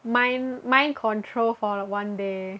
mind mind control for the one day